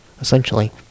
essentially